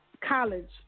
College